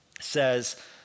says